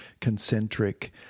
concentric